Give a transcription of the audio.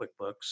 QuickBooks